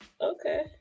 okay